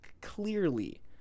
clearly